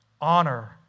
Honor